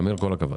אמיר, כל הכבוד.